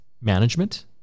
management